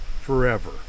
forever